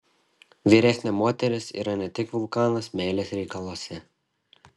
vyresnė moteris yra ne tik vulkanas meilės reikaluose